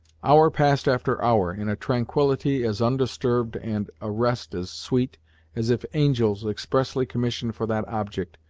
hour passed after hour, in a tranquility as undisturbed and a rest as sweet as if angels, expressly commissioned for that object,